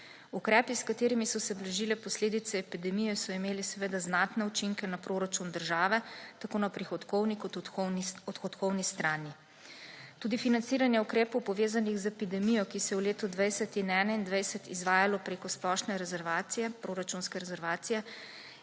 Ukrepi, s katerimi so se blažile posledice epidemije, so imeli seveda znatne učinke na proračun države tako na prihodkovni kot odhodkovni strani. Tudi financiranje ukrepov, povezanih z epidemijo, ki se je v letu 2020 in 2021 izvajalo prek splošne rezervacije, proračunske rezervacije,